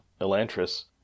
Elantris